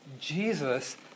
Jesus